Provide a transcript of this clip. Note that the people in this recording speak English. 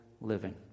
living